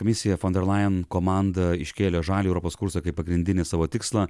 komisija von der leyen komanda iškėlė žalią europos kursą kaip pagrindinį savo tikslą